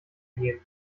gehen